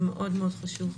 זה מאוד חשוב,